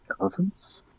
Elephants